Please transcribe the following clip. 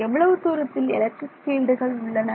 எவ்வளவு தூரத்தில் எலக்ட்ரிக் பீல்டுகள் உள்ளன